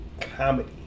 comedy